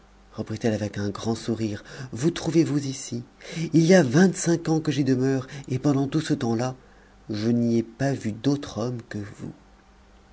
reprit-elle avec un grand soupir vous trouvezvous ici il y a vingt-cinq ans que j'y demeure et pendant tout ce temps-là je n'y ai pas vu d'autre homme que vous